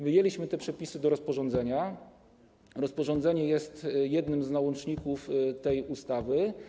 Wyjęliśmy te przepisy do rozporządzenia, rozporządzenie jest jednym z załączników do tej ustawy.